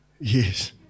yes